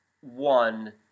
one